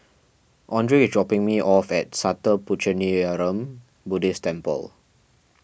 andrae is dropping me off at Sattha Puchaniyaram Buddhist Temple